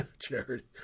Charity